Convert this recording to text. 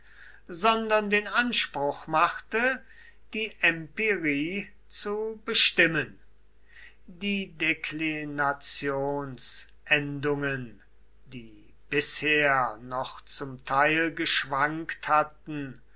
sondern den anspruch machte die empirie zu bestimmen die deklinationsendungen die bisher noch zum teil geschwankt hatten